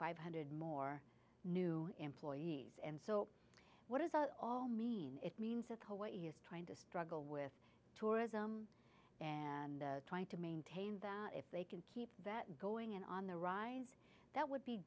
five hundred more new employees and so what does that all mean it means that what he is trying to struggle with tourism and trying to maintain that if they can keep that going in on the rise that would be